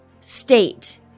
state